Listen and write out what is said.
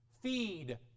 feed